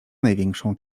największą